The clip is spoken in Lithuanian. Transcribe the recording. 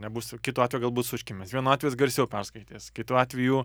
nebus kitu atveju gal bus užkimęs vienu atveju jis garsiau perskaitys kitu atveju